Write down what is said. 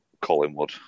Collingwood